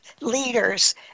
leaders